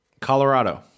Colorado